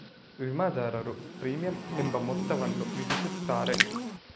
ವಿಮಾದಾರರು ಪ್ರೀಮಿಯಂ ಎಂಬ ಮೊತ್ತವನ್ನು ವಿಧಿಸುತ್ತಾರೆ